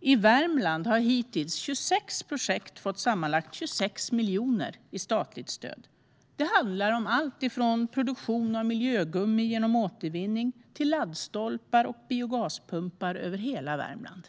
I Värmland har hittills 26 projekt fått sammanlagt 26 miljoner i statligt stöd. Det handlar om allt från produktion av miljögummi genom återvinning till laddstolpar och biogaspumpar över hela Värmland.